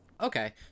Okay